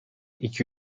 iki